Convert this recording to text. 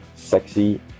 Sexy